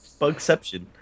Bugception